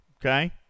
okay